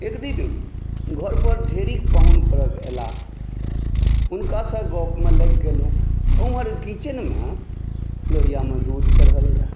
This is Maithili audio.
एकदिन घरपर ढेरी पाहुन परक एलाह हुनकासँ गप्पमे लागि गेलहुँ उमहर किचेनमे लोहिआमे दूध चढ़ल रहय